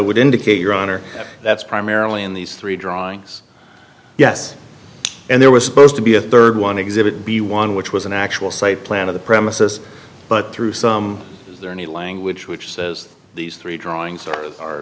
would indicate your honor that's primarily in these three drawings yes and there was supposed to be a third one exhibit b one which was an actual site plan of the premises but through some is there any language which says these three drawings ar